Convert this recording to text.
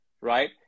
right